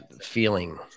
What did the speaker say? feeling